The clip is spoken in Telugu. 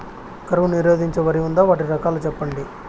కరువు నిరోధించే వరి ఉందా? వాటి రకాలు చెప్పండి?